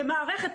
כמערכת,